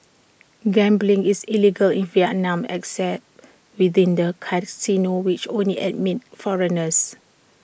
gambling is illegal in Vietnam except within the casinos which only admit foreigners